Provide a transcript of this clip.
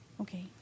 Okay